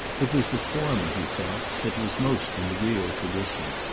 it was the former he felt, that was most in the real tradition.